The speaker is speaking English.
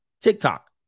TikTok